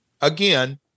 again